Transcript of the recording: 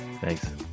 Thanks